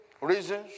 reasons